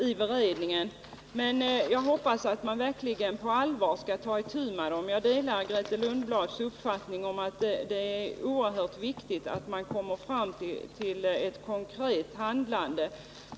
Men jag hoppas att man verkligen på allvar kommer att ta itu med dem. Jag delar Grethe Lundblads uppfattning att det är oerhört viktigt att man kommer fram till ett konkret handlande.